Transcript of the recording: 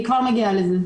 אני כבר מגיעה לזה.